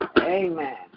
Amen